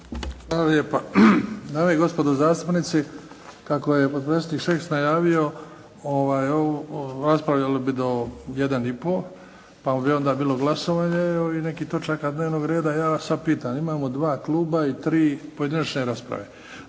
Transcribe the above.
Hvala lijepa. Dame i gospodo zastupnici, kako je potpredsjednik najavio, raspravljali bi do 13,30 pa bi onda bilo glasovanje ovih nekih točaka dnevnog reda, a ja vas sad pitam. Imamo 2 kluba i 3 pojedinačne rasprave.